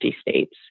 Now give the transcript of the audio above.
states